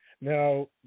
Now